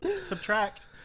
subtract